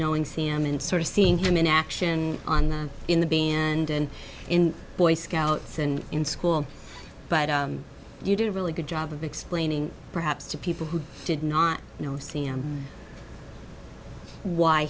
knowing sam and sort of seeing him in action on the in the band and in boy scouts and in school but you did a really good job of explaining perhaps to people who did not know c m why